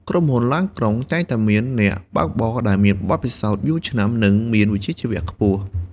ក្រុមហ៊ុនឡានក្រុងតែងតែមានអ្នកបើកបរដែលមានបទពិសោធន៍យូរឆ្នាំនិងមានវិជ្ជាជីវៈខ្ពស់។